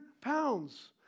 pounds